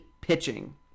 pitching